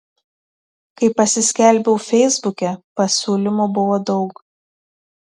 kai pasiskelbiau feisbuke pasiūlymų buvo daug